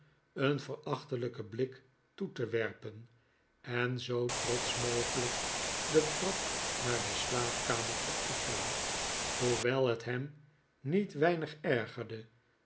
een verachtelijken blik toe te werpen en zoo trotsch mogelijk de trap naar de slaapkamer op te gaan hoewel het hem niet weinig ergerde